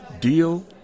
deal